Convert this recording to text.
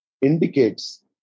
indicates